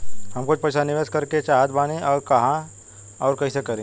हम कुछ पइसा निवेश करे के चाहत बानी और कहाँअउर कइसे करी?